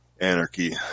anarchy